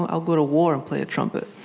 i'll go to war, and play a trumpet.